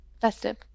festive